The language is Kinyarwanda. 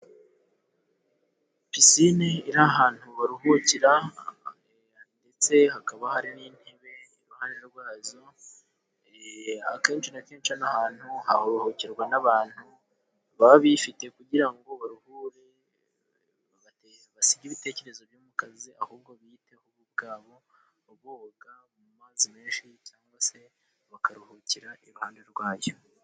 Pisine iri ahantu baruhukira ,ndetse hakaba hari n'intebe iruhande rwayo, akenshi na kenshi n'ahantu haruhukirwa n'abantu baba bifite kugira ngo baruhuke basige ibitekerezo byo mu kazi. Ahubwo biyiteho ubwabo boga mu mazi menshi, cyangwa se bakaruhukira iruhande rwayo.